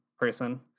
person